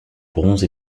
bronze